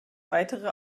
weitere